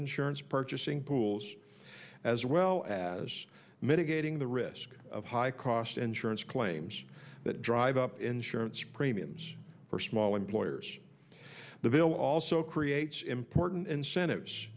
insurance purchasing pools as well as mitigating the risk of high cost insurance claims that drive up insurance premiums for small employers the veil also creates important incentives